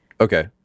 Okay